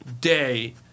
day